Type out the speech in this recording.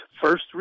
first